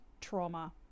trauma